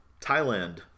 Thailand